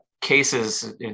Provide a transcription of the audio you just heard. cases